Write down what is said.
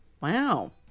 Wow